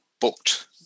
booked